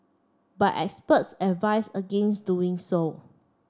but experts advise against doing so